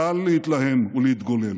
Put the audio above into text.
קל להתלהם ולהתגולל,